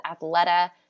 Athleta